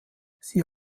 sie